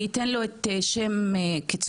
אני אתן לו את שם הקיצור,